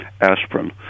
aspirin